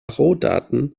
rohdaten